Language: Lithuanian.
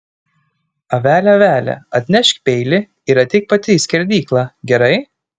avele avele atnešk peilį ir ateik pati į skerdyklą gerai